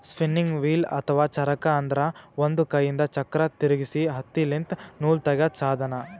spinning wheel ಅಥವಾ ಚರಕ ಅಂದ್ರ ಒಂದ್ ಕೈಯಿಂದ್ ಚಕ್ರ್ ತಿರ್ಗಿಸಿ ಹತ್ತಿಲಿಂತ್ ನೂಲ್ ತಗ್ಯಾದ್ ಸಾಧನ